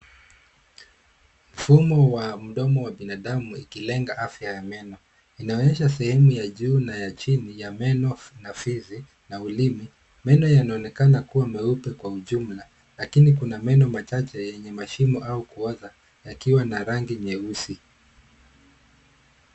Mfumo wa mdomo wa binadamu ikilenga afya ya meno, inaonyesha sehemu ya juu na ya chini ya meno na fizi na ulimi. Meno yanaonekana kuwa meupe kwa ujumla, lakini kuna meno machache yenye mashimo au kuoza yakiwa na rangi nyeusi.